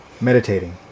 meditating